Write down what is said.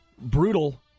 Brutal